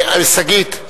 שגית,